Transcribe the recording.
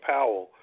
Powell